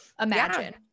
imagine